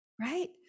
right